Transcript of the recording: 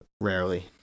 Rarely